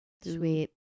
Sweet